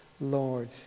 Lord